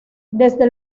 desde